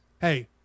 hey